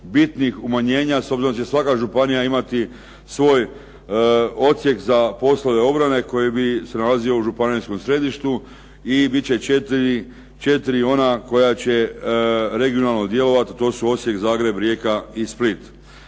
bitnih umanjenja, s obzirom da će svaka županija imati svoj odsjek za poslove obrane koji bi se nalazio u županijskom središtu i bit će četiri ona koja će regionalno djelovati, to su Osijek, Zagreb, Rijeka i Split.